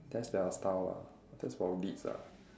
that's their style lah that's for beats ah